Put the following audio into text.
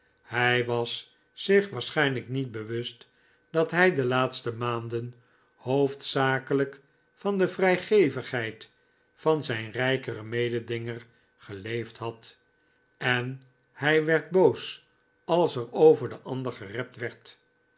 hij was zich waarschijnlijk niet bewust dat hij de laatste maanden hoofdzakelijk van de vrijgevigheid van zijn rijkeren mededinger geleefd had en hij werd boos al s er over den ander gerept werd